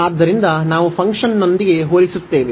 ಆದ್ದರಿಂದ ನಾವು ಫಂಕ್ಷನ್ನೊಂದಿಗೆ ಹೋಲಿಸುತ್ತೇವೆ